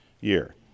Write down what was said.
year